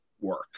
work